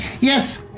Yes